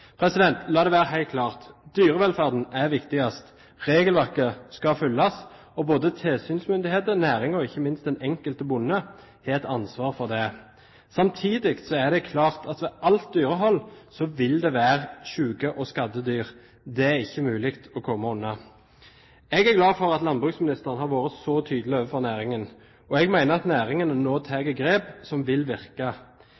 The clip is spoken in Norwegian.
La det være helt klart: Dyrevelferden er viktigst. Regelverket skal følges, og både tilsynsmyndigheter, næringen og ikke minst den enkelte bonde har et ansvar for det. Samtidig er det klart at ved alt dyrehold vil det være syke og skadde dyr. Det er ikke mulig å komme unna. Jeg er glad for at landbruksministeren har vært så tydelig overfor næringen. Jeg mener at næringen nå